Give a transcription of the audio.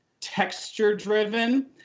texture-driven